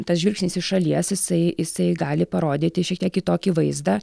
tas žvilgsnis iš šalies jisai jisai gali parodyti šiek tiek kitokį vaizdą